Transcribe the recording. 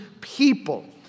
people